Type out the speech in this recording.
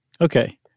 Okay